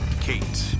Kate